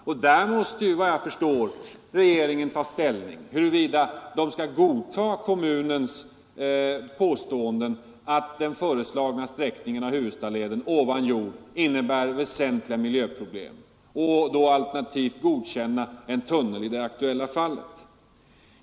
I det fallet måste regeringen, vad jag förstår, ta ställning till huruvida den skall godta kommunens påståenden att den föreslagna sträckningen av Huvudstaleden ovan jord innebär väsentliga miljöproblem och därför eventuellt godkänna en tunnel.